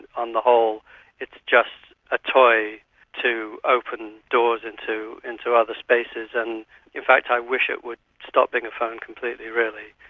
on the whole it's just a toy to open doors into into other spaces. and in fact i wish it would stop being a phone completely really.